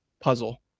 puzzle